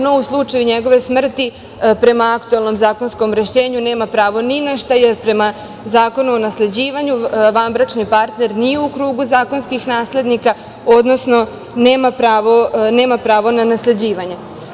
No, u slučaju njegove smrti prema zakonskom rešenju nema pravo ni na šta, jer prema Zakonu o nasleđivanju vanbračni partner nije u krugu zakonskih naslednika, odnosno nema pravo na nasleđivanje.